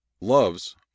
Loves